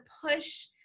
push